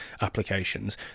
applications